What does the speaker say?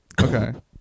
Okay